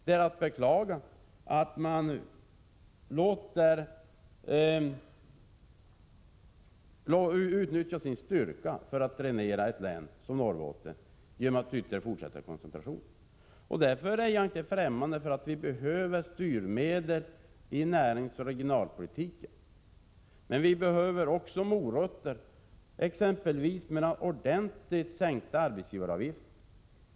Det är att beklaga att man utnyttjar sin styrka till att genom fortsatt koncentration dränera ett län som Norrbotten. För den skull är jag inte främmande för styrmedel i näringsoch regionalpolitiken. Men vi behöver också morötter, exempelvis ordentligt sänkta arbetsgivaravgifter.